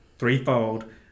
Threefold